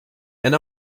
and